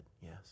Yes